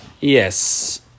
yes